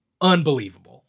unbelievable